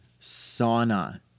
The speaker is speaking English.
sauna